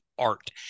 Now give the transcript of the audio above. art